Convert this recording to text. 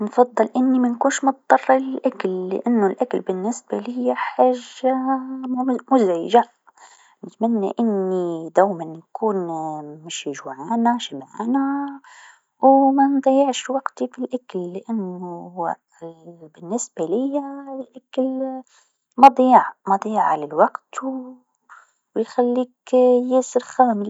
نفضل أني منكنش مضطره للأكل لأنو الأكل بالنسبه ليا حاجه مم- مزعجه، نتمنى أني دوما نكون مشي جوعانه شبعانه و منضيعش وقتي في الأكل لأنو بالنسبه ليا الأكل مضيعه للوقت و يخليك ياسر خامل.